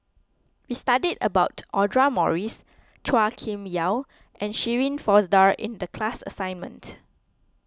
we studied about Audra Morrice Chua Kim Yeow and Shirin Fozdar in the class assignment